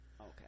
Okay